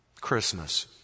Christmas